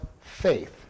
faith